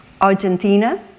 Argentina